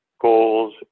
goals